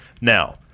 Now